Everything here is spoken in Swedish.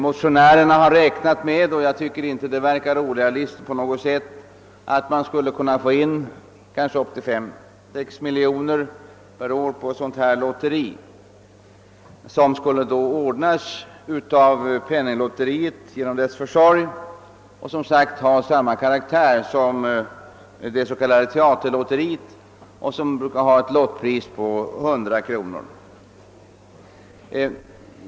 Motionärerna har räknat med — och jag tycker inte att det på något sätt verkar orealistiskt — att det skulle vara möjligt att få in upp till 6 miljoner på ett sådant lotteri. Lotteriet skulle anordnas genom Svenska penninglotteriets försorg och ha samma karaktär som teaterlotteriet, där lottpriset brukar vara 100 kronor.